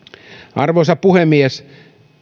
arvoisa puhemies